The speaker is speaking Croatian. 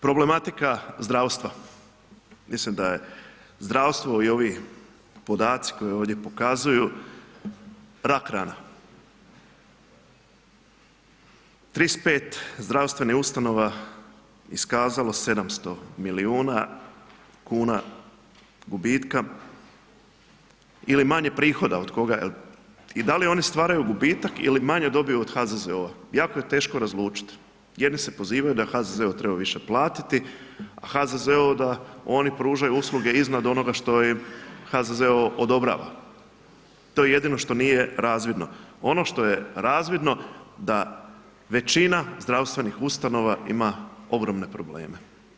Problematika zdravstva, mislim da je zdravstvo i ovi podaci koji ovdje pokazuju rak rana, 35 zdravstvenih ustanova iskazalo 700 milijuna kuna gubitka ili manje prihoda od koga jel i da li oni stvaraju gubitak ili manje dobiju od HZZO-a, jako je teško razlučit, jedni se pozivaju da HZZO treba više platiti, HZZO da oni pružaju usluge iznad onoga što im HZZO odobrava, to je jedino što nije razvidno, ono što je razvidno da većina zdravstvenih ustanova ima ogromne probleme.